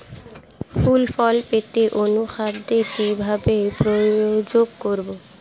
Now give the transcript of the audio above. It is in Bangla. ফুল ফল পেতে অনুখাদ্য কিভাবে প্রয়োগ করব?